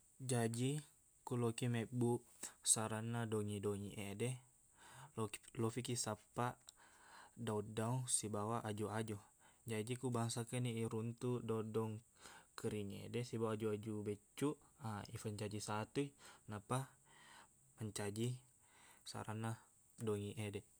Jaji ku lokkiq mebbuq saranna dongiq-dongiq ede loki- lofikiq sappaq daung-daung sibawa aju-aju jaji ku bangsa engkani iruntuk daung-daung keringngede sibawa aju-aju biccuq haa ipancaji satu i nappa mancaji saranna dongiq ede